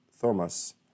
Thomas